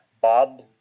Bob